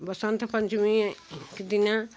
बसन्त पंचमी के दिन